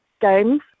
games